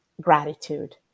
gratitude